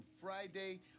Friday